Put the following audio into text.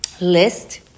list